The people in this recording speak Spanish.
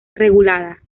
regulada